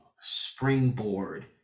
springboard